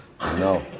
no